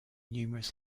numerous